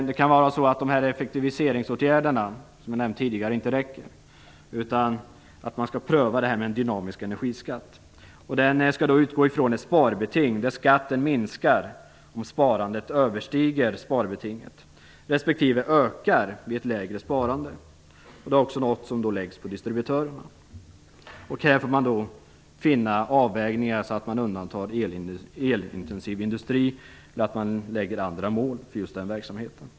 Det kan hända att de effektiviseringskrav som jag tidigare har nämnt inte räcker utan att man får pröva en dynamisk energiskatt. Den skatten skall då utgå från ett sparbeting där skatten minskar om sparandet överstiger sparbetinget respektive ökar vid ett lägre sparande. Det är också något som läggs på distributörerna. Här får man då finna avvägningar så att man undantar elintensiv industri eller sätter upp andra mål för just den verksamheten.